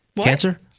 Cancer